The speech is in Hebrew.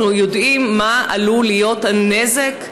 אנחנו יודעים מה עלול להיות הנזק,